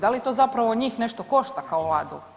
Da li to zapravo njih nešto košta kao vladu?